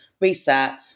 reset